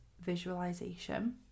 visualization